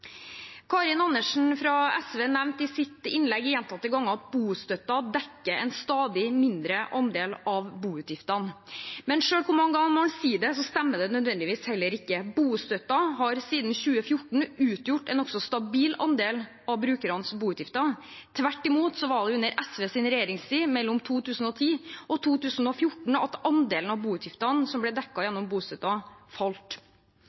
Karin Andersen fra SV nevnte i sitt innlegg gjentatte ganger at bostøtten dekker en stadig mindre andel av boutgiftene. Men uansett hvor mange ganger man sier det, stemmer det ikke nødvendigvis. Bostøtten har siden 2014 utgjort en nokså stabil andel av brukernes boutgifter. Tvert imot var det mellom 2010 og 2014, under SVs regjeringstid, at andelen av boutgiftene som ble